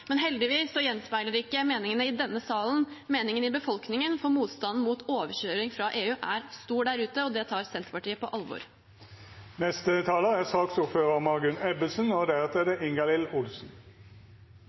Men heldigvis gjenspeiler det ikke meningene i denne salen eller meningene i befolkningen. Motstanden mot overkjøringen fra EU er stor der ute, og det tar Senterpartiet på alvor.